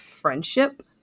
friendship